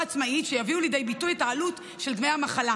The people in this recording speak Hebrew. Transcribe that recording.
עצמאית שיביאו לידי ביטוי את העלות של דמי המחלה,